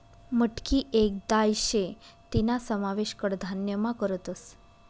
मटकी येक दाय शे तीना समावेश कडधान्यमा करतस